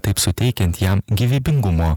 taip suteikiant jam gyvybingumo